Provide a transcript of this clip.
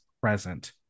present